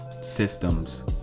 systems